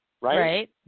right